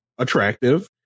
attractive